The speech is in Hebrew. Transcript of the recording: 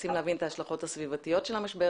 מנסים להבין את ההשלכות הסביבתיות של המשבר